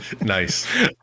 Nice